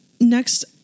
next